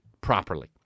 properly